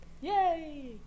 Yay